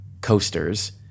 coasters